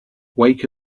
wake